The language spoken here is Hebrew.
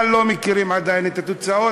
אבל לא מכירים עדיין את התוצאות.